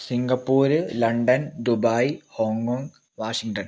Singapore London Dubai Hong Kong Washington